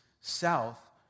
south